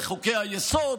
לחוקי-היסוד,